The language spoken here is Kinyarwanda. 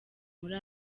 muri